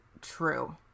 true